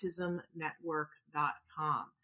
AutismNetwork.com